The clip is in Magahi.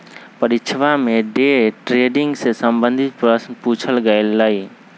परीक्षवा में डे ट्रेडिंग से संबंधित प्रश्न पूछल गय लय